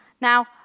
Now